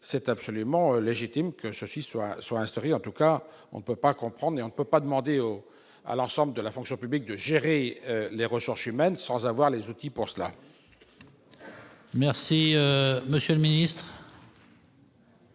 c'est absolument légitime que ceci soit soit instauré en tout cas on ne peut pas comprendre mais on ne peut pas demander au à l'ensemble de la fonction publique, de gérer les ressources humaines, sans avoir les outils pour cela. Merci monsieur le ministre.